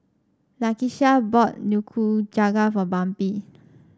Lakeshia bought Nikujaga for Bambi